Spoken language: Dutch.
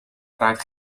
kraait